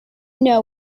know